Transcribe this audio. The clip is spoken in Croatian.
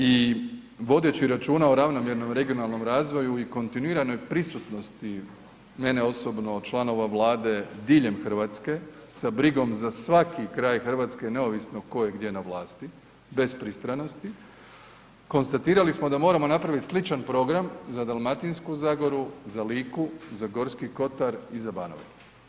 I vodeći računa o ravnomjernom regionalnom razvoju i kontinuiranoj prisutnosti mene osobno, članova Vlade diljem Hrvatske sa brigom za svaki kraj Hrvatske neovisno ko je gdje na vlasti, bez pristranosti, konstatirali smo da moramo napraviti sličan program za Dalmatinsku zagoru, za Liku, za Gorski kotar i za Banovinu.